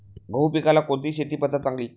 गहू पिकाला कोणती शेती पद्धत चांगली?